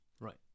Right